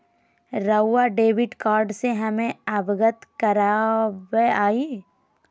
रहुआ debit card से हमें अवगत करवाआई?